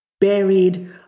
buried